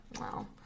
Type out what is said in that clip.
wow